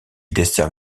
dessert